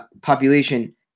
population